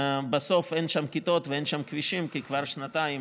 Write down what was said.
ובסוף אין שם כיתות ואין שם כבישים כי כבר שנתיים